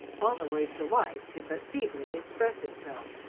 fauntleroy's delight could but feebly express itself.